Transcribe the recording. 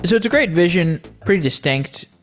so it's a great vision, pretty distinct.